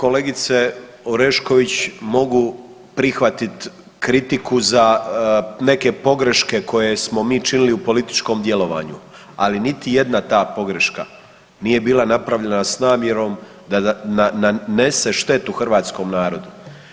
Ja kolegice Orešković mogu prihvatiti kritiku za neke pogreške koje smo mi činili u političkom djelovanju, ali niti jedna ta pogreška nije bila napravljena s namjerom da nanese štetu hrvatskom narodu.